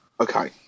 Okay